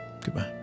Goodbye